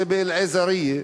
זה באל-עזרייה.